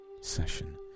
session